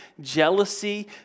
jealousy